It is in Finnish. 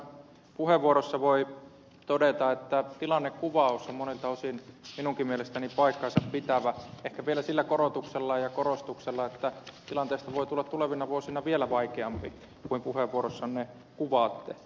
paateron puheenvuorosta voi todeta että tilannekuvaus on monilta osin minunkin mielestäni paikkansa pitävä ehkä vielä sillä korotuksella ja korostuksella että tilanteesta voi tulla tulevina vuosina vielä vaikeampi kuin puheenvuorossanne kuvaatte